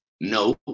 no